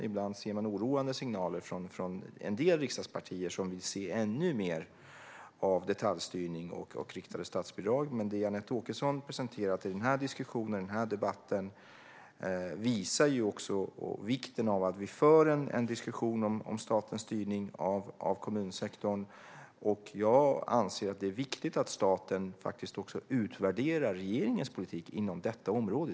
Ibland ser man oroande signaler från en del riksdagspartier som vill se ännu mer av detaljstyrning och riktade statsbidrag, men det Anette Åkesson har presenterat i den här diskussionen visar också vikten av att vi för en diskussion om statens styrning av kommunsektorn. Jag anser att det är viktigt att staten faktiskt också utvärderar regeringens politik inom detta område.